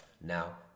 now